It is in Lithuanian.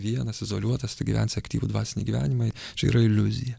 vienas izoliuotas tu gyvensi aktyvų dvasinį gyvenimą čia yra iliuzija